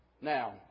Now